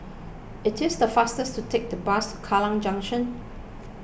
it is faster to take the bus Kallang Junction